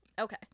Okay